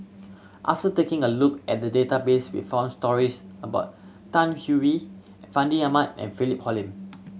after taking a look at the database we found stories about Tan Hwee Fandi Ahmad and Philip Hoalim